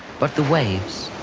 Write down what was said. but the waves,